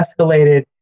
escalated